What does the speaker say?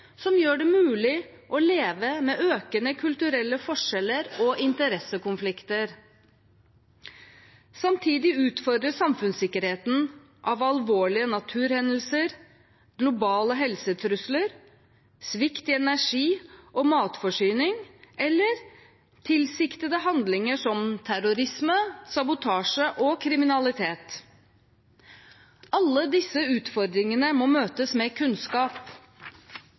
som gjør det mulig å leve med økende kulturelle forskjeller og interessekonflikter. Samtidig utfordres samfunnssikkerheten av alvorlige naturhendelser, globale helsetrusler, svikt i energi- og matforsyning eller tilsiktede handlinger som terrorisme, sabotasje og kriminalitet. Alle disse utfordringene må møtes med kunnskap.